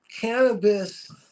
cannabis